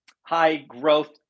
high-growth